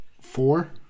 Four